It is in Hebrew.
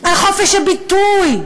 על חופש הביטוי,